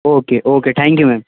okay okay thank you ma'am